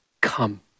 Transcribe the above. come